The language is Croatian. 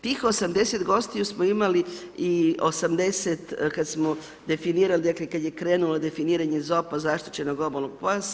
Tih 80 gostiju smo imali i 80 kad smo definirali dakle, kad je krenulo definiranje ZOP-a, zaštićenog obalnog pojasa.